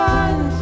one